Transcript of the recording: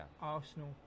Arsenal